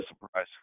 surprise